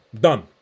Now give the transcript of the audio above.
Done